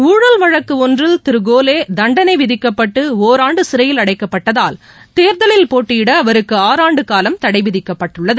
ஊழல் வழக்கு ஒன்றில் தண்டனை விதிக்கப்பட்டு ஒராண்டு சிறையில் அடைக்கப்பட்டதால் தேர்தலில் போட்டியிட அவருக்கு ஆறாண்டு காலம் தடைவிதிக்கப்பட்டுள்ளது